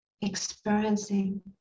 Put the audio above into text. experiencing